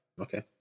Okay